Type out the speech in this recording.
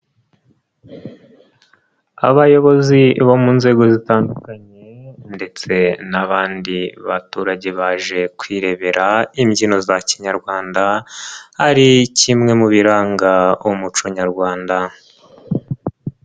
Abayobozi bo mu nzego zitandukanye ndetse n'abandi baturage baje kwirebera imbyino za Kinyarwanda, ari kimwe mu biranga umuco Nyarwanda.